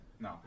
No